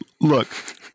Look